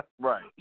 Right